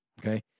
okay